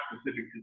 specific